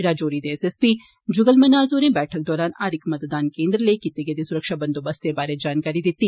राजौरी दे S S P Yugal Manhas होरें बैठक दौरान हर इक मतदान केन्द्र लेई कीते गेदे सुरक्षा बंदोवस्ते बारै जानकारी दिती